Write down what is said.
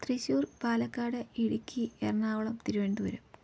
Thrissur Palakkad Idukki Ernakulam Thiruvananthapuram